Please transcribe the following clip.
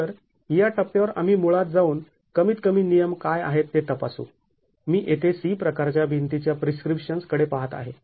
तर या टप्प्यावर आम्ही मुळात जाऊन कमीत कमी नियम काय आहेत ते तपासू मी येथे C प्रकारच्या भिंतीच्या प्रिस्क्रिप्शन्स् कडे पाहत आहे